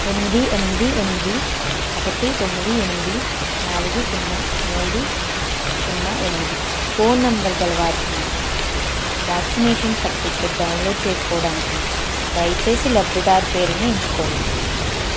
ఎనిమిది ఎనిమిది ఎనిమిది ఒకటి తొమ్మిది ఎనిమిది నాలుగు సున్నా మూడు సున్నా ఎనిమిది ఫోన్ నంబర్ గలవారికి వ్యాక్సినేషన్ సర్టిఫికేట్ డౌన్లోడ్ చేసుకోడానికి దయచేసి లబ్ధిదారు పేరుని ఎంచుకోండి